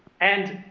and